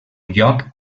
lloc